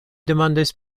demandis